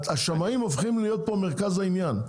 השמאים הופכים להיות פה מרכז העניין,